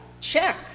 Check